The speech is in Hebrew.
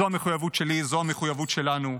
זו המחויבות שלי, זו המחויבות שלנו.